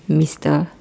mister